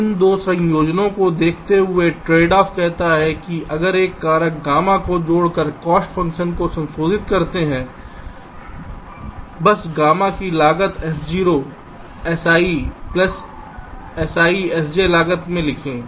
तो इन 2 संयोजन को देखते हुए या ट्रेडऑफ कहता है कि आप एक कारक गामा को जोड़कर कॉस्ट फंक्शन को संशोधित करते हैं बस गमा को लागत s0 si plus si sj लागत में लिखें